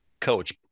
coach